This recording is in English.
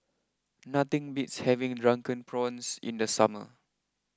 nothing beats having Drunken Prawns in the summer